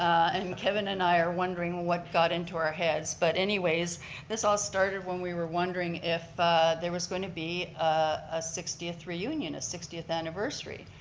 and um kevin and i are wondering what got into our heads, but anyways this all started when we were wondering if there was going to be a sixtieth reunion, a sixtieth anniversary.